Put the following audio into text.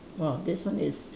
!wah! this one is